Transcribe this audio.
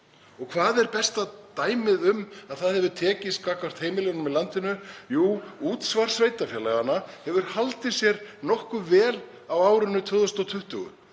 Hvað er besta dæmið um að það hafi tekist gagnvart heimilunum í landinu? Jú, útsvar sveitarfélaganna hefur haldið sér nokkuð vel á árinu 2020.